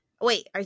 Wait